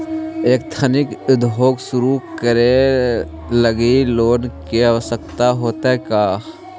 Ethnic उद्योग शुरू करे लगी लोन के आवश्यकता होतइ का?